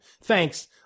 Thanks